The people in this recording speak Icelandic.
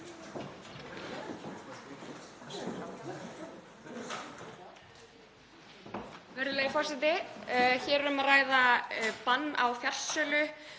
Hér er um að ræða bann á fjarsölu